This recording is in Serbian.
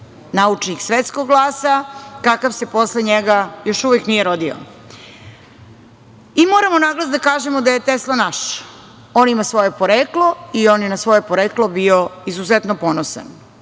naučnik svetskog glasa kakav se posle njega još uvek nije rodio. Moramo naglas da kažemo da je Tesla naš. On ima svoje poreklo i on je na svoje poreklo bio izuzetno ponosan.